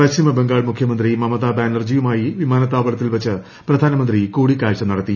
പശ്ചിമബംഗാൾ മുഖ്യമന്ത്രി മമതാ ബാനർജിയുമായി വിമാനത്താവളത്തിൽ വച്ച് പ്രധാനമന്ത്രി കൂടിക്കാഴ്ച നടത്തി